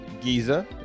Giza